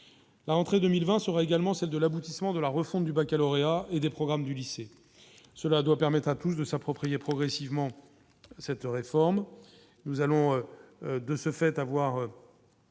la rentrée 2020 sera également celle de l'aboutissement de la refonte du Baccalauréat et des programmes du lycée, cela doit permettre à tous de ça. Approprier progressivement cette réforme, nous allons de ce fait, avoir